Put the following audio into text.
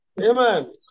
Amen